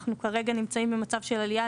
אנחנו כרגע נמצאים במצב של עלייה.